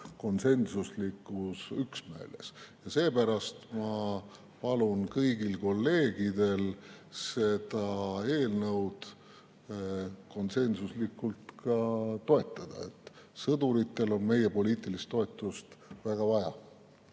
konsensuslikus üksmeeles. Seepärast ma palun kõigil kolleegidel seda eelnõu konsensuslikult toetada. Sõduritel on meie poliitilist toetust väga vaja,